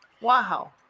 Wow